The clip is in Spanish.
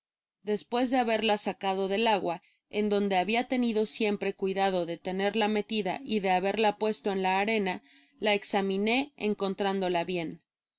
despues de haberla sacado del agua en donde habia tenido siempre cuidado de tenerla metida y de haberla puesto en la arena la examiné encontrándola bien